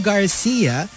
Garcia